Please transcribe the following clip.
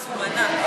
מוכנה ומזומנה.